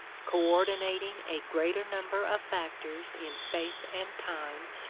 coordinating a greater number of factors in space and time,